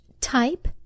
type